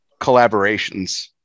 collaborations